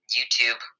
YouTube